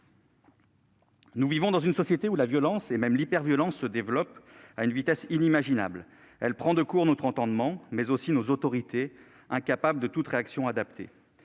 Nous vivons dans une société où la violence et même l'hyperviolence se développent à une vitesse inimaginable. Cette violence prend de court notre entendement, mais aussi nos autorités, incapables de réactions adaptées.